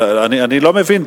אני לא מבין,